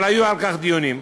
אבל היו על כך דיונים.